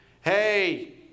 hey